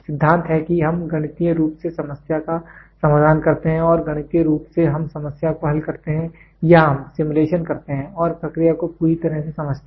सिद्धांत है कि हम गणितीय रूप से समस्या का समाधान करते हैं और गणितीय रूप से हम समस्या को हल करते हैं या हम सिमुलेशन करते हैं और प्रक्रिया को पूरी तरह से समझते हैं